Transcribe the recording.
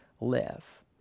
live